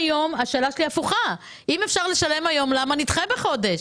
השאלה שלי היא הפוכה: אם אפשר לשלם היום למה נדחה בחודש?